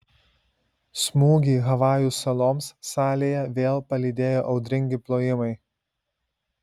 smūgį havajų saloms salėje vėl palydėjo audringi plojimai